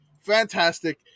fantastic